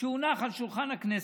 שהונח על שולחן הכנסת,